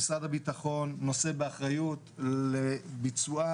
משרד הביטחון נושא באחריות לביצועה,